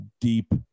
deep